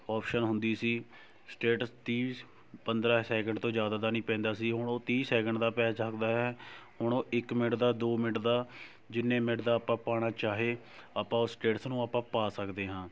option ਹੁੰਦੀ ਸੀ status ਤੀਹ ਪੰਦਰ੍ਹਾਂ ਸੈਕਿੰਡ ਤੋਂ ਜ਼ਿਆਦਾ ਦਾ ਨਹੀਂ ਪੈਂਦਾ ਸੀ ਹੁਣ ਉਹ ਤੀਹ ਸੈਕਿੰਡ ਦਾ ਪੈ ਸਕਦਾ ਹੈ ਹੁਣ ਉਹ ਇੱਕ ਮਿੰਟ ਦਾ ਦੋ ਮਿੰਟ ਦਾ ਜਿੰਨੇ ਮਿੰਟ ਦਾ ਆਪਾਂ ਪਾਉਣਾ ਚਾਹੇ ਆਪਾਂ ਉਹ ਸਟੇਟਸ ਨੂੰ ਆਪਾਂ ਪਾ ਸਕਦੇ ਹਾਂ